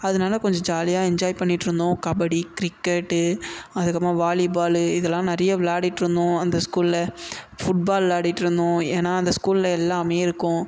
அதனால் கொஞ்சம் ஜாலியாக என்ஜாய் பண்ணிட்டுருந்தோம் கபடி கிரிக்கெட்டு அதுக்கப்புறமாக வாலிபாலு இதெல்லாம் நிறைய விளாடிட்டுருந்தோம் அந்த ஸ்கூலில் ஃபுட்பால் விளாடிட்டுருந்தோம் ஏன்னா அந்த ஸ்கூலில் எல்லாம் இருக்கும்